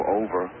over